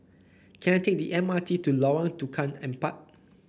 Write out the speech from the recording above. can I take the M R T to Lorong Tukang Empat